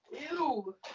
Ew